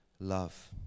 love